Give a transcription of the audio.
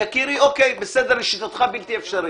יקירי, אוקיי, לשיטתך זה בלתי אפשרי.